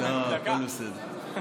הכול בסדר.